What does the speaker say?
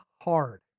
hard